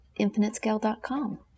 infinitescale.com